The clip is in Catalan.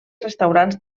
restaurants